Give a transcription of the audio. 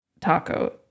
taco